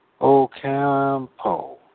Ocampo